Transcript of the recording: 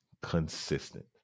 consistent